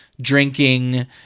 drinking